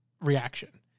reaction